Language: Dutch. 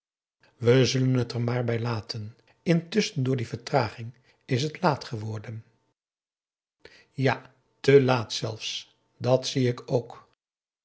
we zullen het er maar bij laten intusschen door die vertraging is het laat geworden ja te laat zelfs dat zie ik ook